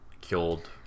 killed